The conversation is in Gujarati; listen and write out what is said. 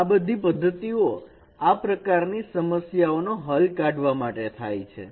આ બધી પદ્ધતિઓ આ પ્રકાર ની સમસ્યાઓના હલ કાઢવા માટે થાય છે